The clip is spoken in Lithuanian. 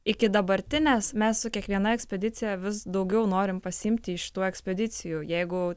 iki dabartinės mes su kiekviena ekspedicija vis daugiau norim pasiimti iš šitų ekspedicijų jeigu